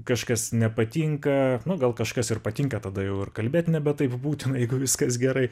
kažkas nepatinka na gal kažkas ir patinka tada jau ir kalbėt nebe taip būtina jeigu viskas gerai